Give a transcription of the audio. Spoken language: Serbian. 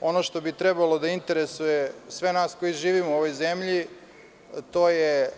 Ono što bi trebalo da interesuje sve nas koji živimo u ovoj zemlji, to je